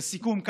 לסיכום,